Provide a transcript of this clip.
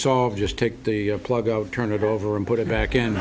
solved just take the plug turn it over and put it back in